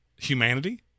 Humanity